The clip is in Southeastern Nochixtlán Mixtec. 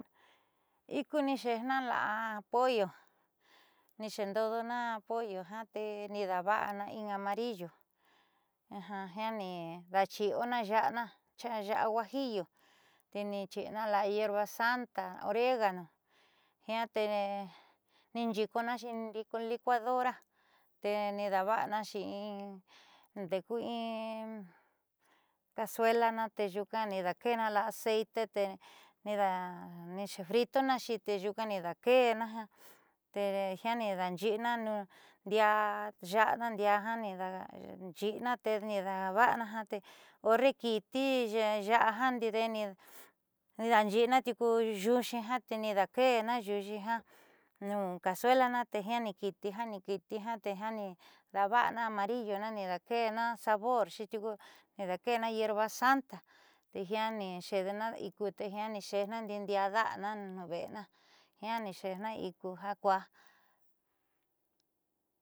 Iku nixeejna la'a pollo ni xeendo o dona pollo ja te ni daava'ana in amarillo jiaanidaachiiana ya'ana ya'a huajillo teni xiina la'a hierbasanta, oregano jiate ninxiikonaxi ndi'i licuadora tenidaava'anaxi in ndeeku in cazuelana teyuuka ni daake'ena la'a aceite te nidaxe fritunaxi te nyuuka nidaake'ena ja te jiani daanxi'ina ndiaa ya'ana ndiaa jiaa ni daanxi'ina tiuku yuuxi ja teni daake'ena.